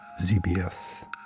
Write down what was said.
ZBS